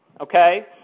okay